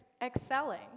excelling